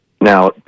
now